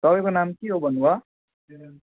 तपाईँको नाम के हो भन्नुभयो